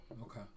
Okay